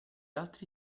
altri